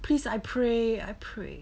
please I pray I pray